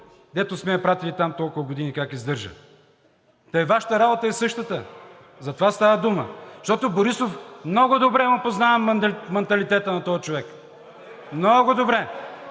дето сме я пратили там толкова години, как издържа?“ Та и Вашата работа е същата, за това става дума. Защото Борисов, много добре му познавам манталитета на този човек, много добре.